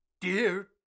dear